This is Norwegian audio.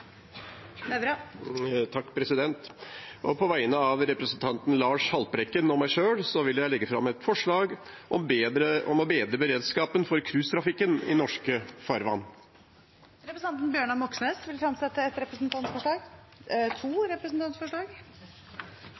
På vegne av representantene Lars Haltbrekken, Olivia Corso Salles og meg selv vil jeg legge fram et forslag om å bedre beredskapen for cruisetrafikken i norske farvann. Representanten Bjørnar Moxnes vil fremsette to representantforslag.